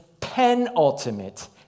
penultimate